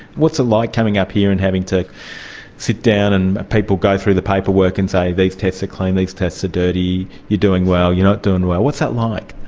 what's it like coming up here and having to sit down and people go through the paperwork and say these tests are clean, these tests are dirty, you're doing well, you're not doing well. what's that like?